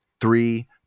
three